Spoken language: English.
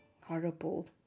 horrible